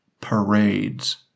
parades